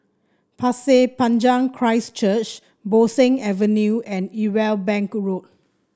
Pasir Panjang Christ Church Bo Seng Avenue and Irwell Bank Road